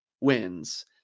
wins